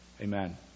Amen